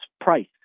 price